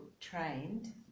trained